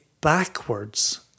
backwards